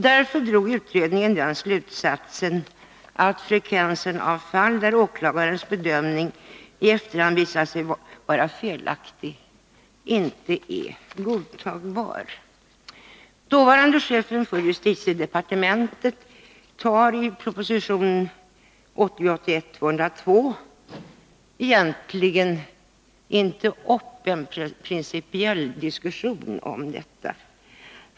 Därför drog utredningen den slutsatsen att frekvensen av fall där åklagarens bedömning i efterhand visat sig vara felaktig inte är godtagbar. Dåvarande chefen för justitiedepartementet tar i propositionen 1980/ 81:201 egentligen inte upp en principiell diskussion om detta.